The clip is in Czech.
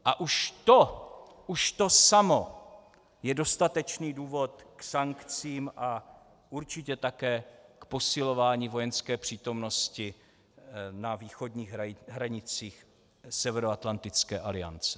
A už to samo je dostatečný důvod k sankcím a určitě také k posilování vojenské přítomnosti na východních hranicích Severoatlantické aliance.